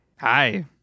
Hi